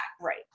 Right